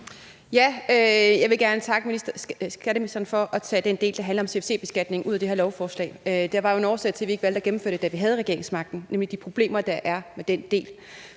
Jeg vil gerne takke skatteministeren for at tage den del, der handler om CFC-beskatning, ud af det her lovforslag. Der var jo en årsag til, at vi ikke valgte at gennemføre det, da vi havde regeringsmagten, nemlig de problemer, der er med den del.